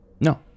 no